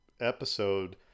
episode